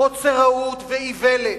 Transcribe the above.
קוצר ראות ואיוולת.